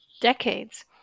decades